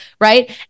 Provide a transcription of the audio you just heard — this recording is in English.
right